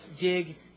dig